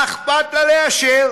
מה אכפת לה לאשר?